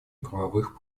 правовых